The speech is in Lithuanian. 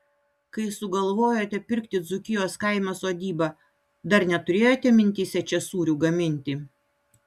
kai sugalvojote pirkti dzūkijos kaime sodybą dar neturėjote mintyse čia sūrių gaminti